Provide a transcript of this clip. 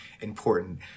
important